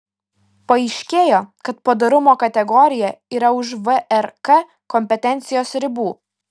paaiškėjo kad padorumo kategorija yra už vrk kompetencijos ribų